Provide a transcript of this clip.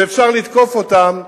שאפשר לתקוף אותם.